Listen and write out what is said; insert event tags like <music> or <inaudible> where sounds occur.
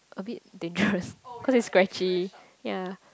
a bit dangerous <laughs> cause it's scratchy ya